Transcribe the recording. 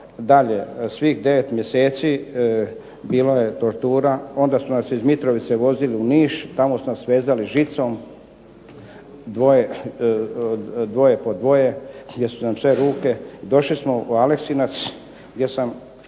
dalje svih 9 mjeseci bilo je tortura. Onda su nas iz Mitrovice vozili u Niš, tamo su nas vezali žicom dvoje po dvoje gdje su nam sve ruke. I došli smo u Aleksinac gdje su